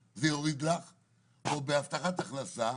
או את הבטחת ההכנסה.